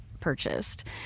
purchased